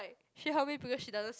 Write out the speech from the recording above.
she help me because she doesn't see